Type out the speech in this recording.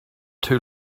too